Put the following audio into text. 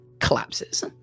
collapses